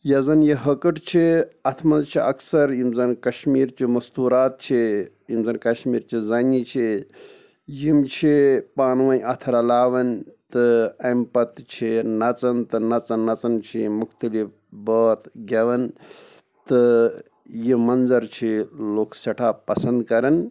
یۄس زَن یہِ ہٕکٕٹ چھِ اَتھ منٛز چھِ اَکثَر یِم زَن کَشمیٖرچہِ مَستوٗرات چھِ یِم زَن کَشمیٖرچہِ زَنہِ چھِ یِم چھِ پانہٕ ؤنۍ اَتھٕ رَلاوان تہٕ اَمہِ پَتہٕ چھِ نَژان تہٕ نَژان نَژان چھِ یِم مختلِف بٲتھ گٮ۪وان تہٕ یہِ مَنظر چھِ لُکھ سٮ۪ٹھاہ پَسَنٛد کَران